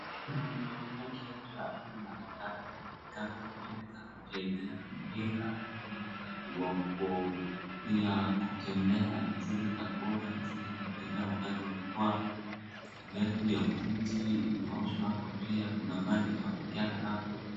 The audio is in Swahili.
Kwa picha naona kiatu ya aina mbali mbali kama vile zile za kuchezea mpira, zile ya kutembea zile na za kuoga zile za kutumbea wakati wa mvua viatu vya buti inaoshwa hapo pia, kuna maji inaonekana hapo.